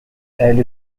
elle